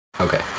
Okay